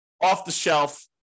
off-the-shelf